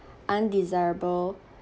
undesirable